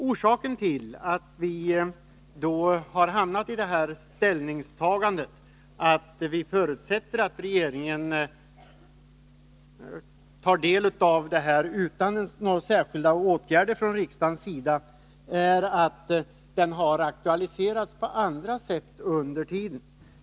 Orsaken till att vi stannat för ställningstagandet att vi förutsätter att regeringen tar del av detta material utan några särskilda åtgärder från riksdagens sida är att frågan har aktualiserats på andra sätt under tiden.